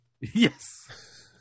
Yes